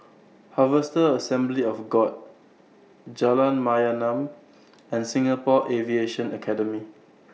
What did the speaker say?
Harvester Assembly of God Jalan Mayaanam and Singapore Aviation Academy